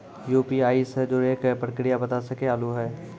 UPI से जुड़े के प्रक्रिया बता सके आलू है?